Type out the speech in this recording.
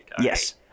Yes